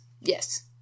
Yes